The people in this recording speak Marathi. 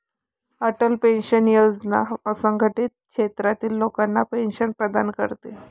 अटल पेन्शन योजना असंघटित क्षेत्रातील लोकांना पेन्शन प्रदान करते